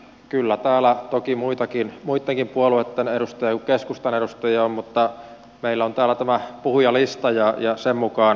kyllä täällä toki muittenkin puolueitten edustajia kuin keskustan edustajia on mutta meillä on täällä tämä puhujalista ja sen mukaan mennään